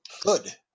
good